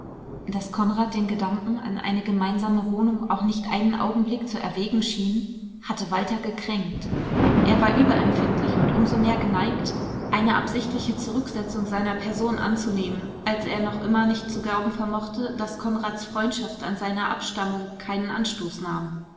daß konrad den gedanken an eine gemeinsame wohnung auch nicht einen augenblick zu erwägen schien hatte walter gekränkt er war überempfindlich und um so mehr geneigt eine absichtliche zurücksetzung seiner person anzunehmen als er noch immer nicht zu glauben vermochte daß konrads freundschaft an seiner abstammung keinen anstoß nahm